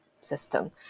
system